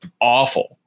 awful